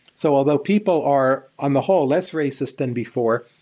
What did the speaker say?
so although people are, on the whole less races than before,